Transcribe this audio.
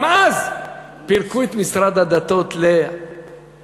גם אז פירקו את משרד הדתות לרסיסים.